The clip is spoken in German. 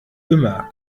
immer